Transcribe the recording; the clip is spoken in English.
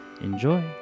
Enjoy